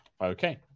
okay